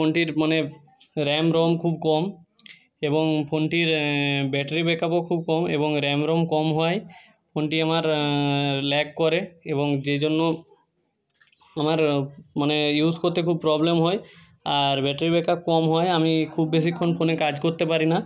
ফোনটির মানে RAM ROM খুব কম এবং ফোনটির ব্যাটারি ব্যাক আপও খুব কম এবং র্যাম রম কম হওয়ায় ফোনটি আমার ল্যাগ করে এবং যে জন্য আমার মানে ইউস করতে খুব প্রবলেম হয় আর ব্যাটারি ব্যাক আপ কম হওয়ায় আমি খুব বেশিক্ষণ ফোনে কাজ করতে পারি না